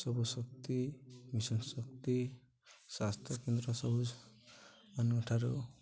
ସବୁଶକ୍ତି ମିଶନଶକ୍ତି ସ୍ୱାସ୍ଥ୍ୟକେନ୍ଦ୍ର ସବୁ ମାନାଙ୍କଠାରୁ